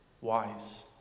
wise